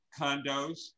condos